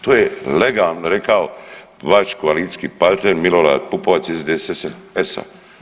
To je legalno je rekao vaš koalicijski partner Milorad Pupovac iz SDSS-a.